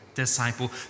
disciple